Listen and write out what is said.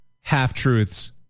half-truths